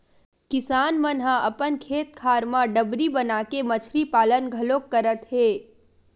किसान मन ह अपन खेत खार म डबरी बनाके मछरी पालन घलोक करत हे